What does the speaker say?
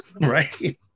Right